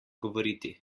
govoriti